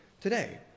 today